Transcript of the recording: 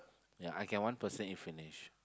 ya I can one person eat finish